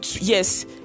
yes